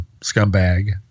scumbag